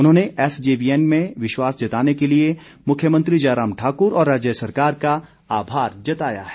उन्होंने एसजेवीएन में विश्वास जताने के लिए मुख्यमंत्री जयराम ठाकुर और राज्य सरकार का आभार जताया है